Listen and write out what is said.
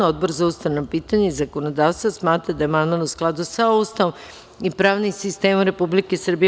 Odbor za ustavna pitanja i zakonodavstvo smatra da je amandman u skladu sa Ustavom i pravnim sistemom Republike Srbije.